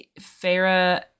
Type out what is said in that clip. Farah